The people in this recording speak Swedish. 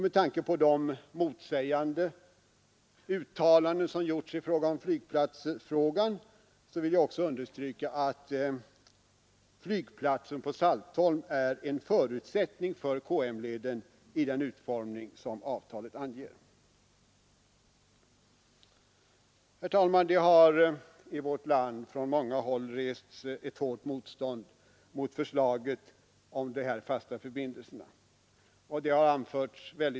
Med tanke på de motsägande uttalanden som gjorts i flygplatsfrågan vill jag också understryka att flygplatsen på Saltholm är en förutsättning för KM-leden i den utformning som avtalet anger. Herr talman! Det har i vårt land från många håll rests ett hårt mostånd mot förslaget om de fasta förbindelserna.